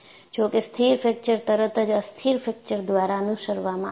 જો કે સ્થિર ફ્રેકચર તરત જ અસ્થિર ફ્રેકચર દ્વારા અનુસરવામાં આવે છે